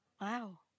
Wow